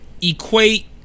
equate